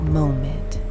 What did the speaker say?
moment